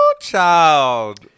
child